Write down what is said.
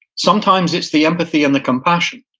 sometimes it's the empathy and the compassion.